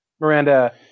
Miranda –